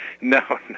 No